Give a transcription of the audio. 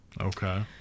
Okay